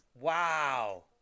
Wow